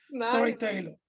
storyteller